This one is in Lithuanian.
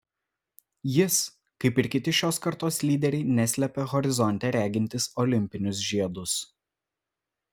jis kaip ir kiti šios kartos lyderiai neslepia horizonte regintys olimpinius žiedus